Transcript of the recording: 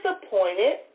disappointed